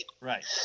Right